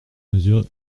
mesure